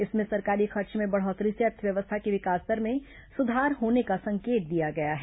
इसमें सरकारी खर्च में बढ़ोतरी से अर्थव्यवस्था सुधार होने का संकेत दिया गया है